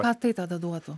ką tai tada duotų